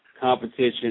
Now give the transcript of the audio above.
competition